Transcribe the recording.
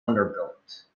vanderbilt